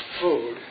food